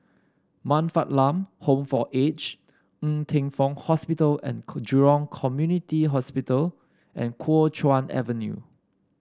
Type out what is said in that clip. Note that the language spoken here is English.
Man Fatt Lam Home for Aged Ng Teng Fong Hospital and Jurong Community Hospital and Kuo Chuan Avenue